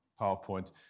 PowerPoint